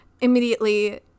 immediately